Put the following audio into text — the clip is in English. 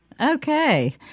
Okay